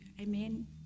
amen